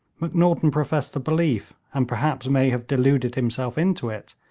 macnaghten professed the belief, and perhaps may have deluded himself into it,